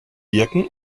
birken